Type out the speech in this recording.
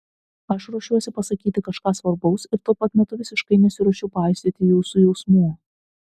aš ruošiuosi pasakyti kažką svarbaus ir tuo pat metu visiškai nesiruošiu paisyti jūsų jausmų